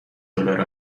دلار